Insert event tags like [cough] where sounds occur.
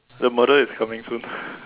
the murder is coming soon [breath]